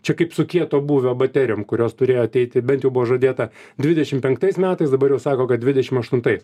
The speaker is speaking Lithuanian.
čia kaip su kieto būvio baterijom kurios turėjo ateiti bent jau buvo žadėta dvidešim penktais metais dabar jau sako kad dvidešim aštuntais